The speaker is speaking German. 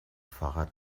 fahrrad